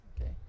okay